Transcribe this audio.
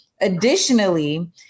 Additionally